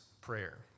prayer